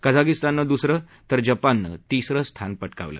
कझागिस्ताननं दुसरं तर जपाननं तीसरं स्थान पटकावलं